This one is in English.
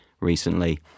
recently